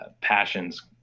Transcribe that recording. passions